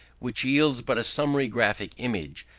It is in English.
which yields but a summary graphic image,